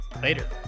Later